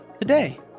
today